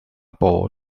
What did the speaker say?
bod